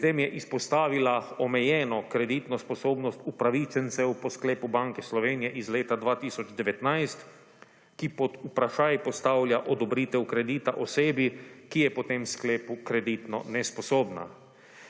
Pri tem je izpostavila omejeno kreditno sposobnost upravičencev po sklepu Banke Slovenije 58. TRAK (VI) 13.45 (Nadaljevanje) iz leta 2019, ki pod vprašaj postavlja odobritev kredita osebi, ki je po tem sklepu kreditno nesposobna.